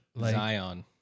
Zion